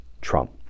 Trump